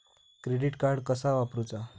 Credit card कसा वापरूचा?